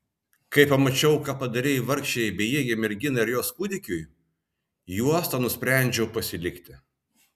kai pamačiau ką padarei vargšei bejėgei merginai ir jos kūdikiui juostą nusprendžiau pasilikti